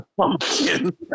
Pumpkin